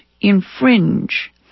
infringe